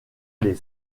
les